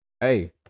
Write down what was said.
hey